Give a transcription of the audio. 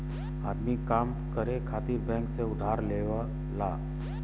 आदमी काम करे खातिर बैंक से उधार लेवला